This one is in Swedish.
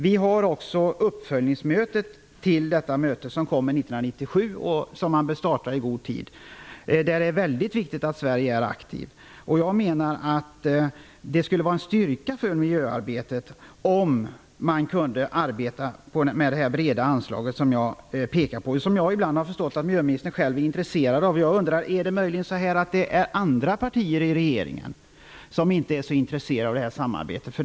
Vi har också förberedelser för uppföljningsmötet till detta möte, som kommer 1997, och som man bör starta i god tid. Där är det mycket viktigt att Sverige är aktivt. Jag menar att det skulle vara en styrka för miljöarbetet om man kunde arbeta med det breda anslag som jag pekar på, och som jag ibland har förstått att miljöministern själv är intresserad av. Jag undrar: Är det möjligen så att det är andra partier i regeringen som inte är så intresserade av det här samarbetet?